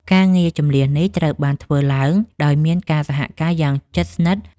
ការងារជម្លៀសនេះត្រូវបានធ្វើឡើងដោយមានការសហការយ៉ាងជិតស្និទ្ធជាមួយអាជ្ញាធរដែនដី និងកងកម្លាំងប្រដាប់អាវុធ។